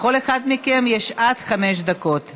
לכל אחד מכם יש עד חמש דקות.